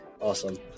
Awesome